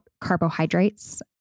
carbohydrates